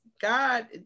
god